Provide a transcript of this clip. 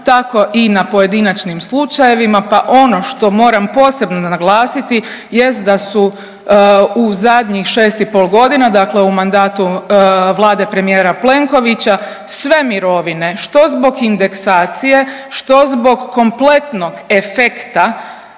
tako i na pojedinačnim slučajevima, pa ono što moram posebno naglasiti jest da su u zadnjih 6,5.g. dakle u mandatu Vlade premijera Plenkovića sve mirovine što zbog indeksacije, što zbog kompletnog efekta